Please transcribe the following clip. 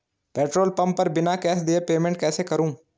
Petrol pump पर बिना cash दिए पेमेंट कैसे करूँ?